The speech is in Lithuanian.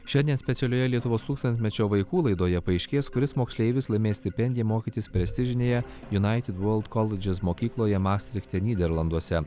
šiandien specialioje lietuvos tūkstantmečio vaikų laidoje paaiškės kuris moksleivis laimės stipendiją mokytis prestižinėje united world colleges mokykloje mastrichte nyderlanduose